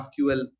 GraphQL